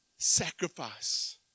Sacrifice